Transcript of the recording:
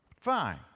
Fine